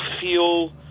feel